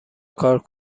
کار